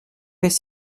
fais